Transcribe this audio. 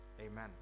Amen